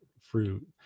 fruit